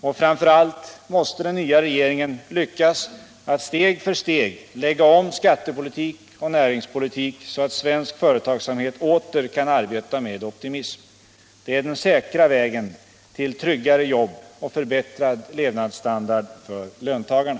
Och framför allt måste den nya regeringen lyckas att steg för steg lägga om skattepolitik och näringspolitik, så att svensk företagsamhet åter kan arbeta med optimism. Det är den säkra vägen till tryggare jobb och förbättrad levnadsstandard för löntagarna.